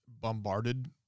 bombarded